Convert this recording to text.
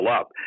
up